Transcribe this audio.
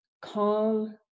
calm